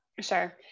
Sure